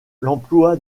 l’emploi